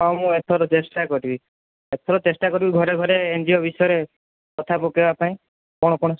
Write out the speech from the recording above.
ହଉ ମୁଁ ଏଥର ଚେଷ୍ଟା କରିବି ଏଥର ଚେଷ୍ଟା କରିବି ଘରେ ଘରେ ଏନ୍ ଜି ଓ ବିଷୟରେ କଥା ପକେଇବା ପାଇଁ କ'ଣ କ'ଣ